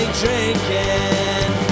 drinking